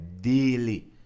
daily